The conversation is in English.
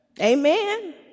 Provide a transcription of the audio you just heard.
Amen